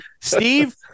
Steve